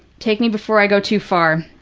take me before i go too far.